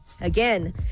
Again